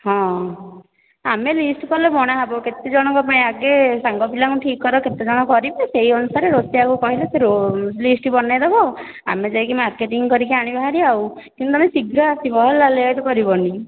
ହଁ ଆମେ ଲିଷ୍ଟ କଲେ ଗଣା ହେବ କେତେଜଣଙ୍କ ପାଇଁ ଆଗେ ସାଙ୍ଗ ପିଲାଙ୍କୁ ଠିକ୍ କର କେତେଜଣ କରିବେ ସେହି ଅନୁସାରେ ରୋସିଆ କୁ କହିଲେ ସେ ର ଲିଷ୍ଟ ବନାଇ ଦେବ ଆଉ ଆମେ ଯାଇକି ମାର୍କେଟିଙ୍ଗ କରିକି ଆଣିବା ହାରି ଆଉ କିନ୍ତୁ ତମେ ଶୀଘ୍ର ଆସିବା ହେଲା ଲେଟ କରିବନି